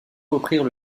reprirent